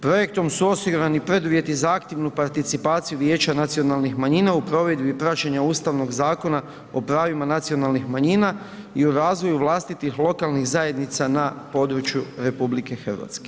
Projektom su osigurani preduvjeti za aktivnu participaciju vijeća nacionalnih manjina u provedbi praćenja Ustavnog zakona o pravima nacionalnih manjina i o razvoju vlastitih lokalnih zajednica na području RH.